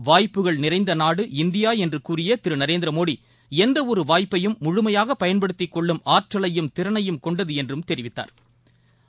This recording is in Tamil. வாய்ப்புகள் நிறைந்தநாடு இந்தியாஎன்றுகூறியதிருநரேந்திரமோடி எந்தஒருவாய்ப்பையும் முழுமையாகபயன்படுத்திக் கொள்ளும் ஆற்றவையும் திறனையும் கொண்டதுஎன்றும் தெரிவித்தாா்